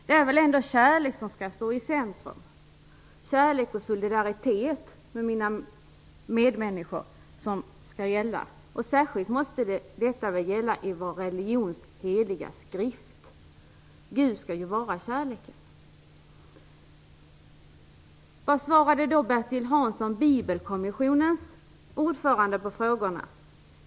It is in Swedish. Det är väl ändå kärlek som skall stå i centrum, kärlek och solidaritet till mina medmänniskor som skall gälla. Och särskilt måste detta väl gälla i vår religions heliga skrift. Gud skall ju vara kärleken. Vad svarade då Bertil Hansson, Bibelkommissionens ordförande, på frågorna?